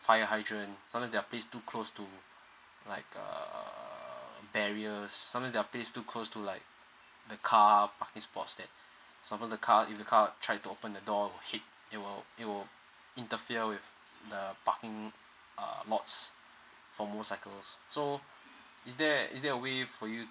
fire hydrant sometimes they are place too close to like uh barriers sometimes they are place too close to like the car parking sports that example the car if the car try to open the door will hit it will it will interfere with the parking uh lots for motorcycles so is there is there a way for you